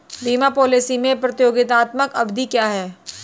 बीमा पॉलिसी में प्रतियोगात्मक अवधि क्या है?